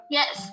yes